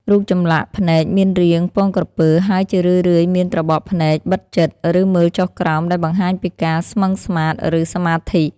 រូបចម្លាក់ភ្នែកមានរាង ពងក្រពើ ហើយជារឿយៗមានត្របកភ្នែកបិទជិត ឬមើលចុះក្រោម ដែលបង្ហាញពីការស្មឹងស្មាត ឬសមាធិ។